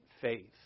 faith